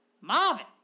Marvin